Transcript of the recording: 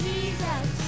Jesus